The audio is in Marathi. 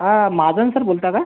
हां माजन सर बोलता का